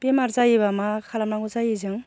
बेमार जायोबा मा खालामनांगौ जायो जों